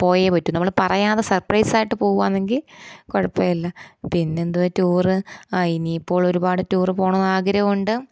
പോയേ പറ്റൂ നമ്മൾ പറയാതെ സർപ്രൈസായിട്ട് പോകുകയാണെങ്കിൽ കുഴപ്പമില്ല പിന്നെ എന്തുവാ ടൂറ് ആ ഇനിയിപ്പോൾ ഒരുപാട് ടൂറ് പോകണമെന്ന് ആഗ്രഹമുണ്ട്